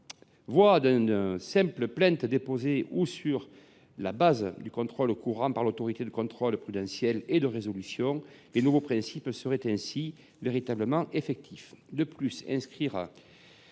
Par une simple plainte déposée ou sur le fondement du contrôle courant exercé par l’Autorité de contrôle prudentiel et de résolution (ACPR), les nouveaux principes seraient ainsi véritablement effectifs.